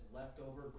leftover